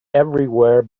everywhere